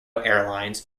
airlines